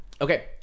Okay